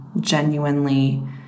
genuinely